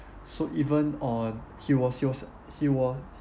so even on he was he was he was